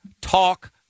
talk